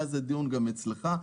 מאז הדיון גם אצלך.